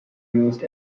used